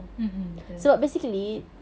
mmhmm betul